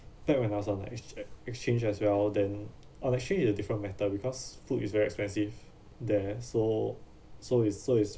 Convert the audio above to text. back when I was on a ex~ exchange as well then ah actually a different matter because food is very expensive there so so it's so it's